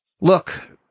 look